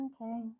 Okay